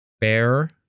bear